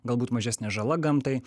galbūt mažesnė žala gamtai